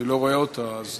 אני לא רואה אותה, אז